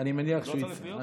הוא לא צריך להיות כאן?